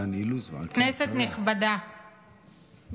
כנסת נכבדה,